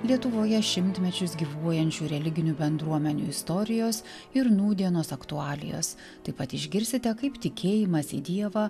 lietuvoje šimtmečius gyvuojančių religinių bendruomenių istorijos ir nūdienos aktualijos taip pat išgirsite kaip tikėjimas į dievą